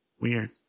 Weird